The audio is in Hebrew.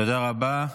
תודה רבה.